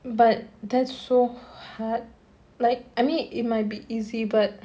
but that's so hard like I mean it might be easy but